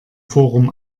forum